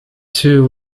two